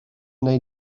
wnei